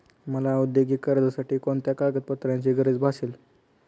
मला औद्योगिक कर्जासाठी कोणत्या कागदपत्रांची गरज भासेल?